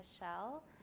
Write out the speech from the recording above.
Michelle